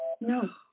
No